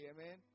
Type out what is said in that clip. Amen